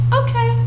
okay